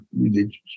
religious